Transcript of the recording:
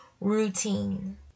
routine